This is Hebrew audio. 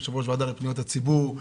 יו"ר ועדת פניות הציבור,